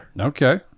Okay